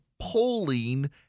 polling